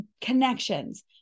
connections